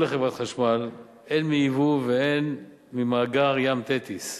לחברת החשמל הן מיבוא והן ממאגר "ים תטיס".